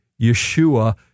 Yeshua